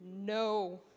no